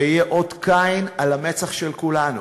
זה יהיה אות קין על המצח של כולנו,